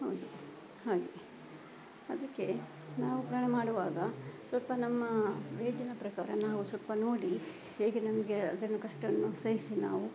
ಹೌದು ಹಾಗೆ ಅದಕ್ಕೆ ನಾವು ಪ್ರಯಾಣ ಮಾಡುವಾಗ ಸ್ವಲ್ಪ ನಮ್ಮ ಏಜಿನ ಪ್ರಕಾರ ನಾವು ಸ್ವಲ್ಪ ನೋಡಿ ಹೇಗೆ ನಮಗೆ ಅದನ್ನು ಕಷ್ಟವನ್ನು ಸಹಿಸಿ ನಾವು